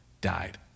died